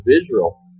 Israel